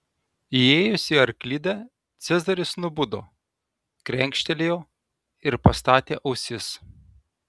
įėjus į arklidę cezaris nubudo krenkštelėjo ir pastatė ausis